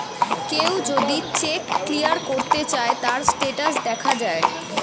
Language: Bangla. কেউ যদি চেক ক্লিয়ার করতে চায়, তার স্টেটাস দেখা যায়